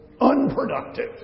unproductive